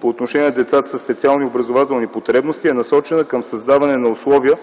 по отношение на децата със специални образователни потребности, е насочена към създаване на условия